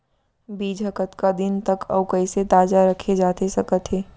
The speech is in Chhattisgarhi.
बीज ह कतका दिन तक अऊ कइसे ताजा रखे जाथे सकत हे?